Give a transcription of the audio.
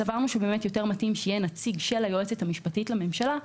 סברנו שיותר מתאים שיהיה נציג של היועצת המשפטית לממשלה.